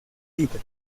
libre